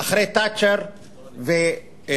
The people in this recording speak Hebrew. אחרי תאצ'ר ומור